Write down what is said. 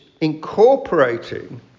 incorporating